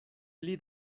pli